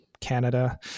Canada